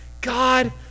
God